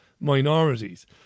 minorities